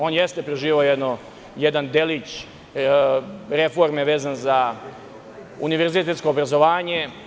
On jeste preživeo jedan delić reforme vezan za univerzitetsko obrazovanje.